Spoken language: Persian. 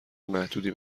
محدودی